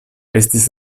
estis